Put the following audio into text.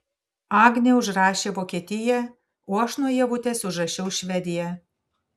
agnė užrašė vokietiją o aš nuo ievutės užrašiau švediją